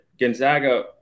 Gonzaga